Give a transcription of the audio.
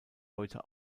heute